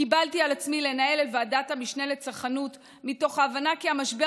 קיבלתי על עצמי לנהל את ועדת המשנה לצרכנות מתוך ההבנה כי המשבר